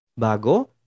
bago